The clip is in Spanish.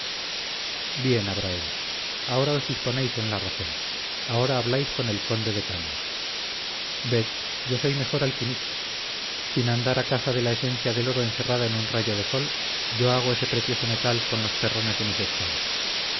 bien abrahem ahora os ponéis en la razón ahora habláis con el conde de cangas ved yo soy mejor alquimista sin andar a caza de la esencia del oro encerrada en un rayo del sol yo hago ese precioso metal con los terrones de mis estados